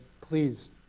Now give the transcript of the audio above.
please